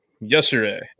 yesterday